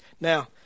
Now